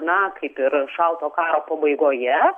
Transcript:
na kaip ir šaltojo karo pabaigoje